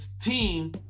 team